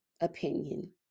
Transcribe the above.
opinion